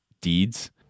deeds